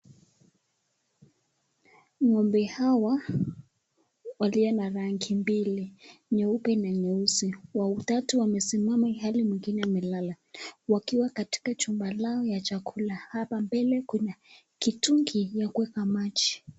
Ng'ombe hawa walio na rangi mbili nyeupe na nyeusi, watatu wamesimama ilhali mwingine wamelala wakiwa katika chumba lao ya chakula. Hapa mbele kuna kitungi ya kuweka maji.